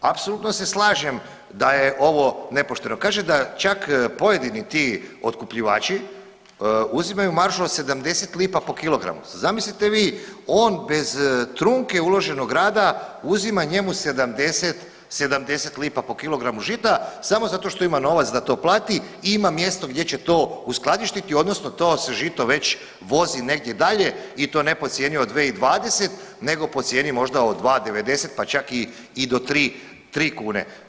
Apsolutno se slažem da je ovo nepošteno, kaže da čak pojedini ti otkupljivači uzimaju maržu od 70 lipa po kilogramu, sad zamislite vi on bez trunke uloženog rada uzima njemu 70 lipa po kilogramu žita samo zato što ima novac da to plati i ima mjesto gdje će to uskladištiti odnosno to se žito vozi već negdje dalje i to ne po cijeni od 2.20 nego po cijeni možda od 2.90, pa čak i do tri kune.